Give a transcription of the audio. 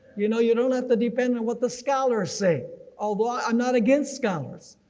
you know, you don't have to depend on what the scholars say although i'm not against scholars.